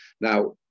Now